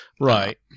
Right